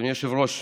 אדוני היושב-ראש,